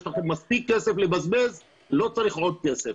יש לכם מספיק כסף לבזבז, לא צריך עוד כסף.